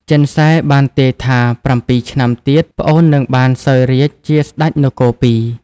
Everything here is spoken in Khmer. ចិនសែបានទាយថាប្រាំពីរឆ្នាំទៀតប្អូននឹងបានសោយរាជ្យជាស្ដេចនគរពីរ។